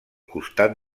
costat